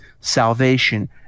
Salvation